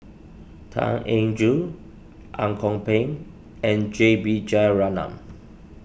Tan Eng Joo Ang Kok Peng and J B Jeyaretnam